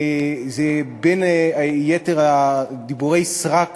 זה בין יתר דיבורי הסרק